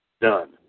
done